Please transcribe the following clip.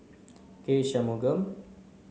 K Shanmugam